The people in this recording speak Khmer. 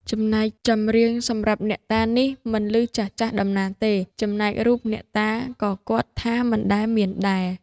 ចំណែកចម្រៀងសម្រាប់អ្នកតានេះ មិនឮចាស់ៗដំណាលទេ ចំណែករូបអ្នកតាក៏គាត់ថាមិនដែលមានដែរ ។